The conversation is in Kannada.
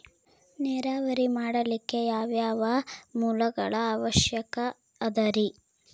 ನೇರಾವರಿ ಮಾಡಲಿಕ್ಕೆ ಯಾವ್ಯಾವ ಮೂಲಗಳ ಅವಶ್ಯಕ ಅದರಿ?